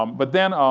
um but then um